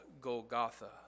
Golgotha